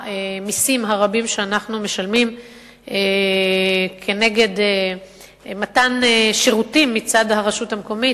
והמסים הרבים שאנחנו משלמים כנגד מתן שירותים מצד הרשות המקומית,